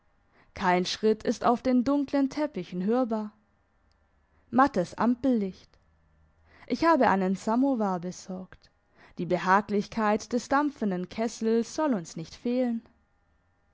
kein schritt ist auf den dunklen teppichen hörbar mattes ampellicht ich habe einen samowar besorgt die behaglichkeit des dampfenden kessels soll uns nicht fehlen